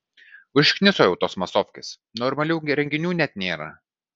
užkniso jau tos masofkės normalių renginių net nėra